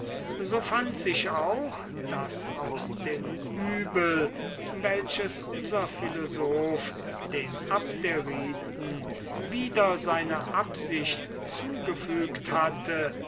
so fand sich auch daß aus dem übel welches unser philosoph den abderiten wider seine absicht zugefügt hatte